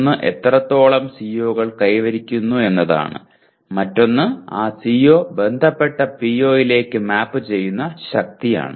ഒന്ന് എത്രത്തോളം CO കൾ കൈവരിക്കുന്നു എന്നതാണ് മറ്റൊന്ന് ആ CO ബന്ധപ്പെട്ട PO കളിലേക്ക് മാപ്പ് ചെയ്യുന്ന ശക്തിയാണ്